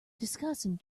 discussing